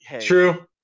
true